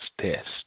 test